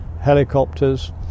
helicopters